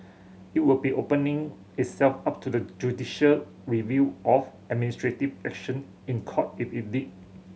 it would be opening itself up to the judicial review of administrative action in Court if it did